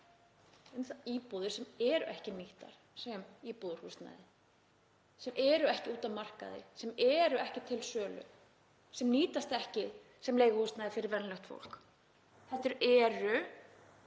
um íbúðir sem eru ekki nýttar sem íbúðarhúsnæði, sem eru ekki úti á markaði, sem eru ekki til sölu, sem nýtast ekki sem leiguhúsnæði fyrir venjulegt fólk heldur eru